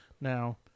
now